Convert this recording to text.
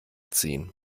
ziehen